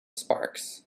sparks